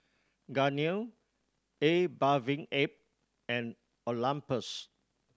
Garnier A Bathing Ape and Olympus